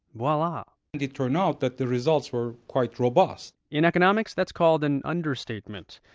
voila. it turned out that the results were quite robust in economics, that's called an understatement.